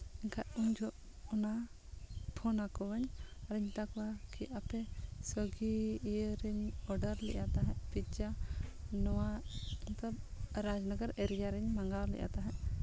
ᱮᱱᱠᱷᱟᱡ ᱩᱱ ᱡᱚᱦᱚᱜ ᱚᱱᱟ ᱯᱷᱳᱱ ᱟᱠᱚᱣᱟᱹᱧ ᱟᱨᱤᱧ ᱢᱮᱛᱟ ᱠᱚᱣᱟ ᱠᱤ ᱟᱯᱮ ᱥᱚᱭᱜᱤ ᱤᱭᱟᱹ ᱨᱮᱧ ᱚᱰᱟᱨ ᱞᱮᱜᱼᱟ ᱛᱟᱦᱮᱱ ᱯᱤᱡᱽᱡᱟ ᱱᱚᱣᱟ ᱢᱚᱛᱞᱚᱵ ᱨᱟᱡᱽᱱᱚᱜᱚᱨ ᱮᱨᱤᱭᱟ ᱨᱮᱧ ᱢᱟᱸᱜᱟᱣ ᱞᱮᱜᱼᱟ ᱛᱟᱦᱮᱸᱜ